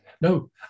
No